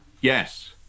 yes